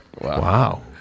Wow